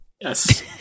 Yes